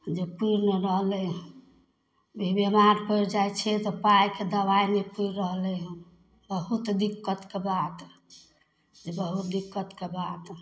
जे पूरि नहि रहलै हन जे हाट पर जाइ छियै तऽ पाइके दबाय नहि पूरि रहलै हन बहुत दिक्कतके बात जे बहुत दिक्कतके बात